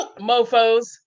mofos